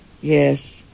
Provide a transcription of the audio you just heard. yes